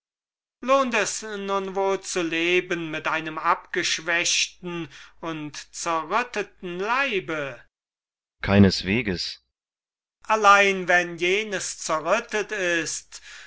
nun wohl zu leben mit einem abgeschwächten und zerrütteten leibe kriton keineswegs sokrates allein wenn jenes zerrüttet ist